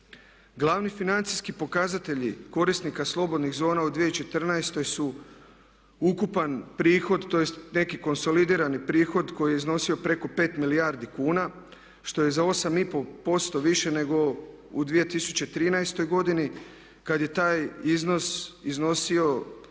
Glavni financijski pokazatelji korisnika slobodnih zona u 2014. su ukupan prihod tj. neki konsolidirani prihod koji je iznosio preko 5 milijardi kuna, što je za 8,5% više nego u 2013. godini kad je taj iznos iznosio